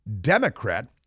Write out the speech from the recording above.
Democrat